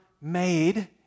made